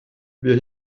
wer